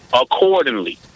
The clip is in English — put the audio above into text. Accordingly